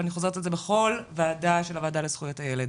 ואני חוזרת על זה בכל ועדה של הועדה לזכויות הילד,